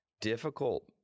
difficult